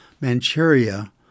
Manchuria